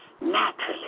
naturally